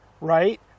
right